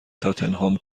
تاتنهام